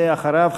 ואחריו,